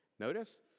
Notice